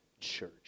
church